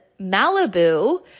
Malibu